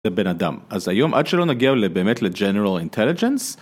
בן אדם אז היום עד שלא נגיע לבאמת לג'נרל אינטליג'נס.